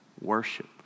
Worship